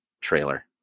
trailer